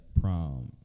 prom